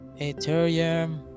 ethereum